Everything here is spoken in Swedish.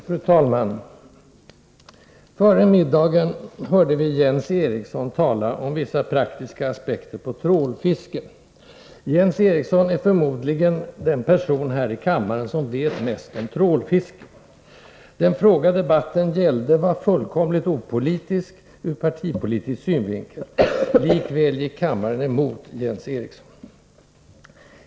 Fru talman! Före middagsuppehållet hörde vi Jens Eriksson tala om vissa praktiska aspekter på trålfiske. Jens Eriksson är förmodligen den person här i kammaren som vet mest om trålfiske. Den fråga debatten gällde var fullkomligt neutral ur partipolitisk synvinkel. Likväl gick kammaren emot Jens Eriksson.